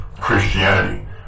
Christianity